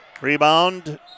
Rebound